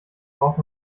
braucht